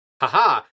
haha